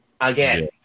again